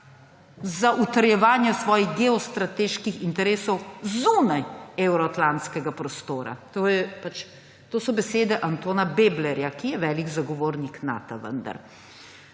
za utrjevanje svojih geostrateških interesov zunaj evroatlantskega prostora. To so besede Antona Beblerja, ki je velik zagovornik Nata vendar.